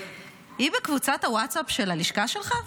היא בקבוצת הווטסאפ של הלשכה שלך?